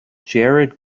jared